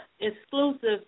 exclusive